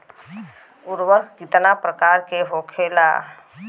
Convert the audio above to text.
उर्वरक कितना प्रकार के होखेला?